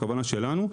הכוונה שלנו,